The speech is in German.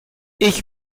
ich